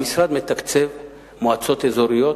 המשרד מתקצב מועצות אזוריות,